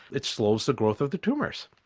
it slows the growth of the tumours.